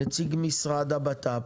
נציג ממשרד הבט"פ.